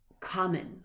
Common